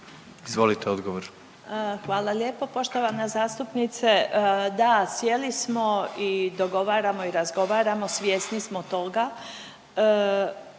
Marija** Hvala lijepo poštovana zastupnice. Da, sjeli smo i dogovaramo i razgovaramo, svjesni smo toga.